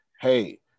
Hey